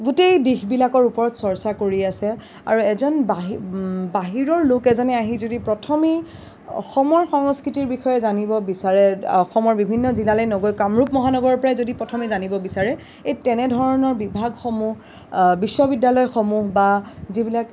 গোটেই দিশবিলাকৰ ওপৰত চৰ্চা কৰি আছে আৰু বাহিৰৰ বাহিৰৰ লোক এজনে আহি যদি প্ৰথমেই অসমৰ সংস্কৃতিৰ বিষয়ে জানিব বিচাৰে অসমৰ বিভিন্ন জিলালে নগৈ কামৰূপ মহানগৰ পৰাই যদি প্ৰথমে জানিব বিচাৰে এই তেনেধৰণৰ বিভাগসমূহ বিশ্ববিদ্যলয়সমূহ বা যিবিলাক